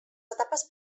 etapes